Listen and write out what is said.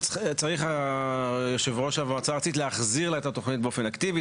צריך יושב-ראש המועצה הארצית להחזיר לה את התוכנית באופן אקטיבי,